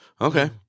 Okay